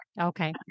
Okay